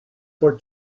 for